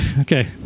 Okay